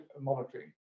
monitoring